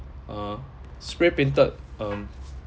uh spray painted um